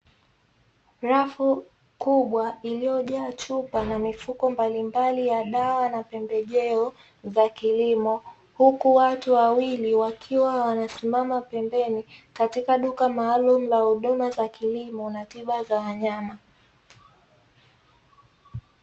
Rafu kubwa iliyojaa chupa na pembejeo za kilimo huku watu wawili wakisimama pembeni ya duka ya pembejeo za kilimo pamoja na duka la wanyama